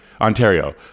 Ontario